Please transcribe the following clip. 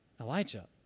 Elijah